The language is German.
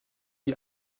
die